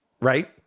Right